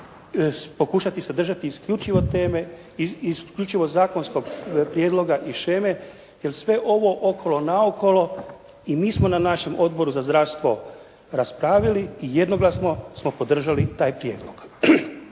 pokušati se držati isključivo teme, isključivo zakonskog prijedloga iz sheme, jer sve ovo okolo naokolo i mi smo na našem Odboru za zdravstvo raspravili i jednoglasno smo podržali taj prijedlog.